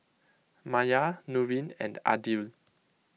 Maya Nurin and Aidil